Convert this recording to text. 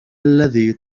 الذي